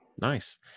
Nice